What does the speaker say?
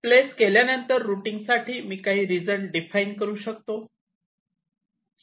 place केल्यानंतर routing साठी मी काही रीजन डिफाइन करू शकतो